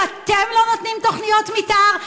אתם לא נותנים תוכניות מתאר,